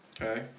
Okay